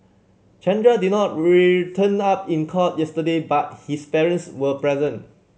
Chandra did not return up in court yesterday but his parents were present